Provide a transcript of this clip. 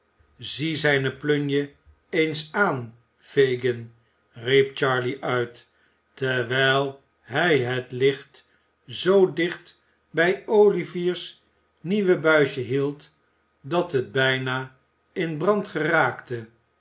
zie zijne plunje eens aan fagin riep charley uit terwijl hij het licht zoo dicht bij olivier's nieuwe buisje hield dat het bijna in brand geraakte